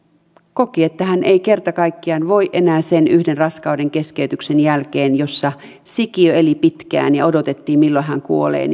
koki että hän ei kerta kaikkiaan voi enää osallistua sellaiseen sen yhden raskaudenkeskeytyksen jälkeen jossa sikiö eli pitkään ja odotettiin milloin hän kuolee